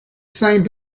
same